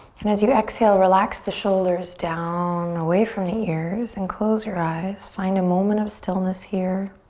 and as you exhale, relax the shoulders down away from the ears and close your eyes. find a moment of stillness here.